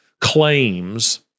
claims